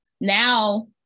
Now